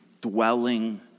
dwelling